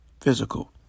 physical